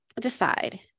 decide